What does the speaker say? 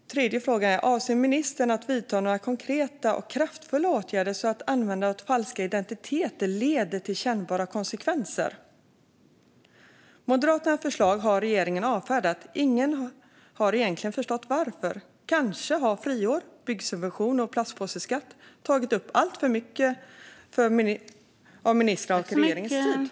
Den tredje frågan är: Avser ministern att vidta några konkreta och kraftfulla åtgärder så att användandet av falska identiteter leder till kännbara konsekvenser? Moderaternas förslag har regeringen avfärdat. Ingen har egentligen förstått varför. Kanske har friår, byggsubventioner och plastpåseskatter tagit upp alltför mycket av ministerns och regeringens tid.